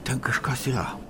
ten kažkas yra